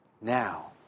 Now